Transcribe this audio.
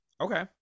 Okay